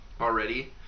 already